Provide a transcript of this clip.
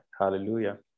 Hallelujah